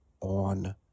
on